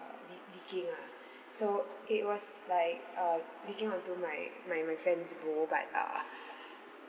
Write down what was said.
uh leak leaking lah so it was like uh leaking onto my my my friends bowl but err